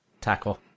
Tackle